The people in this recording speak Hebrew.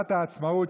במגילת העצמאות,